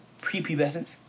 prepubescence